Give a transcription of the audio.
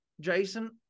Jason